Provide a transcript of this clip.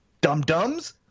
dum-dums